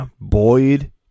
Boyd